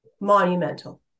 monumental